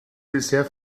bisher